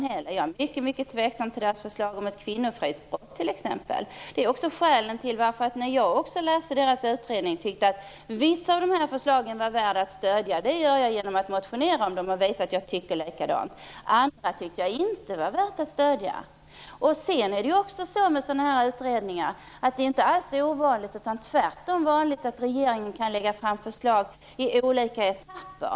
Jag är mycket tveksam till kommissionens förslag om kvinnofridsbrott. Det är ett skäl till att jag, när jag läste kommissionens rapport, tyckte att vissa förslag var värda att stödja, vilket jag gör genom att motionera om dem. Andra förslag tyckte jag inte var värda att stödja. Det är dessutom inte ovanligt utan tvärtom vanligt när det gäller sådana utredningar att regeringen kan lägga fram förslag i olika etapper.